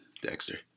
Dexter